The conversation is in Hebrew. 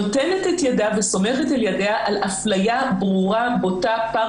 נותנת את ידה וסומכת את ידה על אפליה ברורה בוטה פר